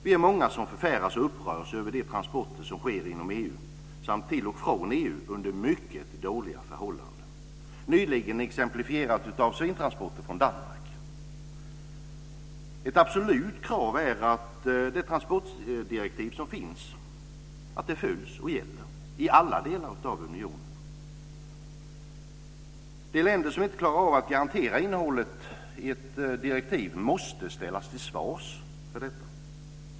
Vi är många som förfäras och upprörs över de transporter som sker inom EU samt till och från EU under mycket dåliga förhållanden, nyligen exemplifierat av svintransporter från Danmark. Ett absolut krav är att det transportdirektiv som finns följs och gäller i alla delar av unionen. De länder som inte klarar av att garantera innehållet i direktiv måste ställas till svars för detta.